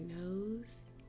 nose